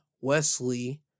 Wesley